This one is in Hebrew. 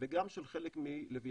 וגם של חלק מלווייתן.